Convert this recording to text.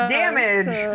damage